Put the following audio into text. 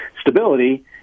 stability